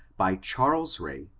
by charles ray,